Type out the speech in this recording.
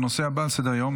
הנושא הבא על סדר-היום,